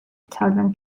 italian